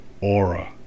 aura